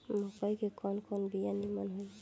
मकई के कवन कवन बिया नीमन होई?